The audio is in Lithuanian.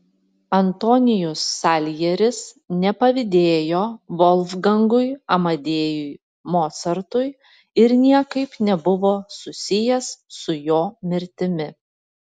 antonijus saljeris nepavydėjo volfgangui amadėjui mocartui ir niekaip nebuvo susijęs su jo mirtimi